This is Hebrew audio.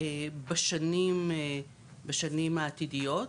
בשנים העתידיות.